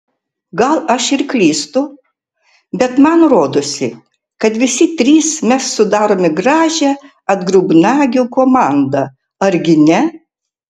gal aš ir klystu bet man rodosi kad visi trys mes sudarome gražią atgrubnagių komandą argi ne